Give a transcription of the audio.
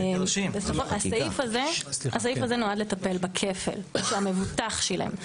הסעיף הזה נועד לטפל בכפל שהמבוטח שילם.